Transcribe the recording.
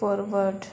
forward